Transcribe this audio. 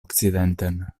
okcidenten